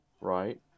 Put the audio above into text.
right